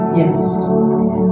yes